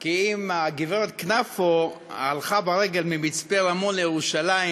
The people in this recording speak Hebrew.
כי אם הגברת קנפו הלכה ברגל ממצפה-רמון לירושלים,